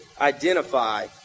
identify